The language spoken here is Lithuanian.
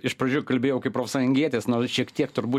iš pradžių kalbėjau kaip profsajungietis nors šiek tiek tur būt